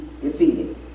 defeated